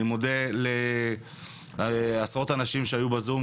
אני מודה לעשרות אנשים שהיו בזום,